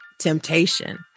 temptation